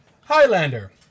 Highlander